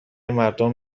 مردم